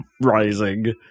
rising